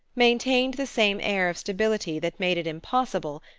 maintained the same air of stability that made it impossible,